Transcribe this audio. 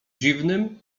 dziwnym